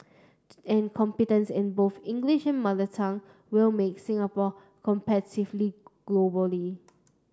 and competence in both English and mother tongue will make Singapore globally